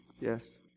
yes